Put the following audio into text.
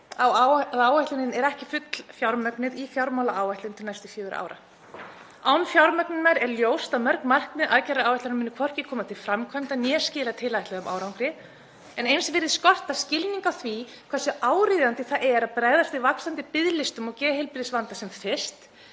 að áætlunin er ekki fullfjármögnuð í fjármálaáætlun til næstu fjögurra ára. Án fjármögnunar er ljóst að mörg markmið aðgerðaáætlunarinnar munu hvorki koma til framkvæmda né skila tilætluðum árangri. Eins virðist skorta skilning á því hversu áríðandi það er að bregðast við vaxandi biðlistum og geðheilbrigðisvanda sem fyrst.